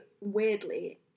weirdly